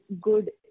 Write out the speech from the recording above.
good